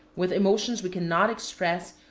with emotions we can not express,